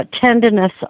tenderness